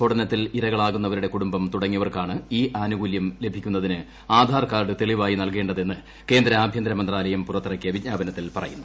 സ്ഫോടനത്തിൽ ഇരകളാകുന്നവരുടെ കുടുംബം തുടങ്ങിയ്വർക്കാണ് ഈ ആനുകൂല്യം ലഭിക്കുന്നതിന് ആധ്ടാർ കാർഡ് തെളിവായി നൽകേണ്ടതെന്ന് കേന്ദ്ര ആഭ്യന്തൂര മന്ത്രാലയം പുറത്തിറക്കിയ വിജ്ഞാപനത്തിൽ പറയ്ക്കുന്നു